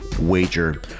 wager